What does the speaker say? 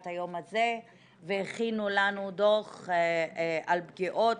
היום הזה והכינו לנו דוח על פגיעות.